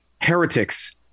heretics